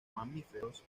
mamíferos